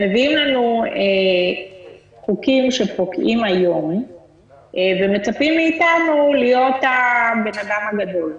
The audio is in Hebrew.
הם מביאים לנו חוקים שפוקעים היום ומצפים מאיתנו להיות הבן אדם הגדול.